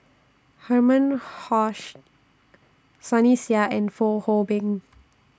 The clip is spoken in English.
Herman Sunny Sia and Fong Hoe Beng